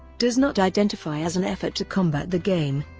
does not identify as an effort to combat the game,